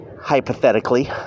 hypothetically